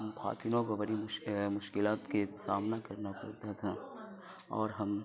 خواتین کو بڑی مشکلات کے سامنا کرنا پڑتا تھا اور ہم